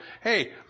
hey